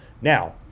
now